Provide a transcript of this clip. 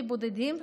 לבודדים,